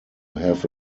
have